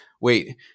wait